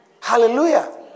Hallelujah